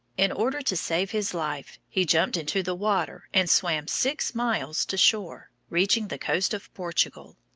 in order to save his life, he jumped into the water and swam six miles to shore, reaching the coast of portugal.